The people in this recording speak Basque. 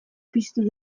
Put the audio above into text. piztu